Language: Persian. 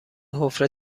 حفره